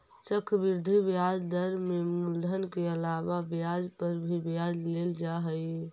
चक्रवृद्धि ब्याज दर में मूलधन के अलावा ब्याज पर भी ब्याज लेल जा हई